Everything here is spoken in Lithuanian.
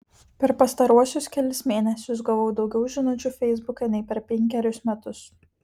per pastaruosius kelis mėnesius gavau daugiau žinučių feisbuke nei per penkerius metus